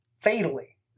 Fatally